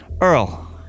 Earl